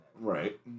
Right